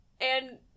and-